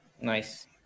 Nice